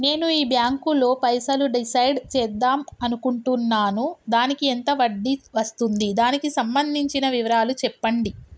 నేను ఈ బ్యాంకులో పైసలు డిసైడ్ చేద్దాం అనుకుంటున్నాను దానికి ఎంత వడ్డీ వస్తుంది దానికి సంబంధించిన వివరాలు చెప్పండి?